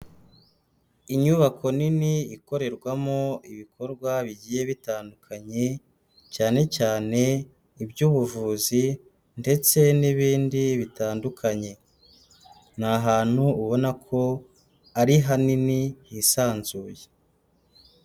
Inyubako nini ikorerwamo ibikorwa bigiye bitandukanye, cyane cyane iby'ubuvuzi ndetse n'ibindi bitandukanye. Ni ahantutu ubona ko ari hanini hisanzuye.